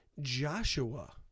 Joshua